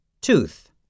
Tooth